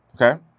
okay